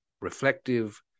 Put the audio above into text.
Reflective